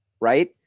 right